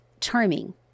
charming